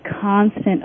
constant